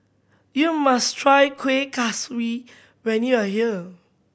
you must try Kueh Kaswi when you are here